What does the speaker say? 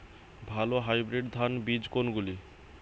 ভালো হাইব্রিড ধান বীজ কোনগুলি?